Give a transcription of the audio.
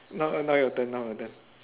now uh now your turn now your turn